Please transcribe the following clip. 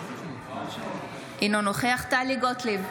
אינו נוכח טלי גוטליב,